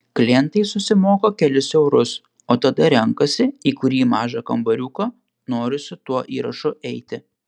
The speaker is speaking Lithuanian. klientai susimoka kelis eurus o tada renkasi į kurį mažą kambariuką nori su tuo įrašu eiti